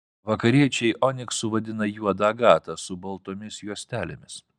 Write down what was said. vakariečiai oniksu vadina juodą agatą su baltomis juostelėmis